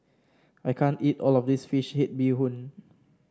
I can't eat all of this fish head Bee Hoon